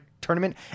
tournament